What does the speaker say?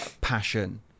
passion